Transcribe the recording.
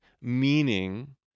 meaning